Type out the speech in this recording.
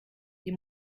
die